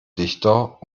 dichter